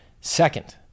second